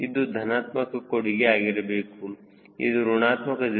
ಅದು ಧನಾತ್ಮಕ ಕೊಡುಗೆ ಆಗಿರಬೇಕು ಇದು ಋಣಾತ್ಮಕ 0